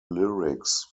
lyrics